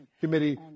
Committee